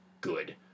good